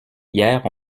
hier